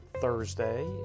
Thursday